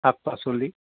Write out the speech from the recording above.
শাক পাচলি